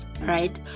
right